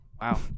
Wow